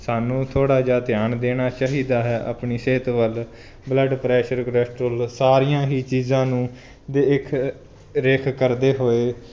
ਸਾਨੂੰ ਥੋੜ੍ਹਾ ਜਿਹਾ ਧਿਆਨ ਦੇਣਾ ਚਾਹੀਦਾ ਹੈ ਆਪਣੀ ਸਿਹਤ ਵੱਲ ਬਲੱਡ ਪ੍ਰੈਸ਼ਰ ਕਲੈਸਟ੍ਰੋਲ ਸਾਰੀਆਂ ਹੀ ਚੀਜ਼ਾਂ ਨੂੰ ਦੇਖ ਰੇਖ ਕਰਦੇ ਹੋਏ